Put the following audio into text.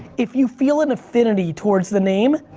if you feel an affinity towards the name,